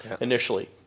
initially